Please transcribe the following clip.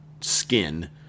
skin